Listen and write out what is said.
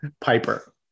Piper